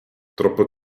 troppo